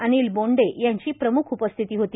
अनिल बोंडे यांची प्रमुख उपस्थिती होती